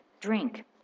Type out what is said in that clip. Drink